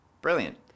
brilliant